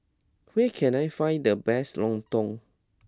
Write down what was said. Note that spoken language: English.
where can I find the best Lontong